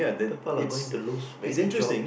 people are going to lose many job